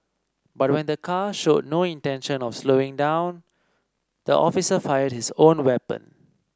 but when the car showed no intention of slowing down the officer fired his own weapon